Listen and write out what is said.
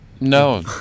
No